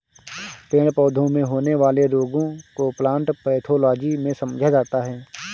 पेड़ पौधों में होने वाले रोगों को प्लांट पैथोलॉजी में समझा जाता है